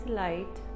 light